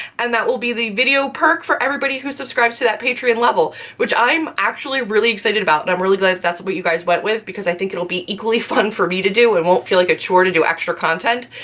and that will be the video perk for everybody who subscribes to that patreon level, which i'm actually really excited about and i'm really glad that's what you guys went with because i think it'll be equally fun for me to do, and it won't feel like a chore to do extra content,